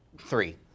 three